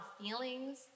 feelings